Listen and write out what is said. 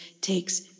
takes